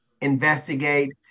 investigate